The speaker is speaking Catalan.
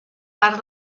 part